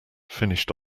finished